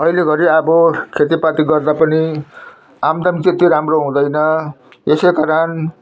अहिले घरी अब खेतीपाती गर्दा पनि आमदामी त्यति राम्रो हुँदैन यसै कारण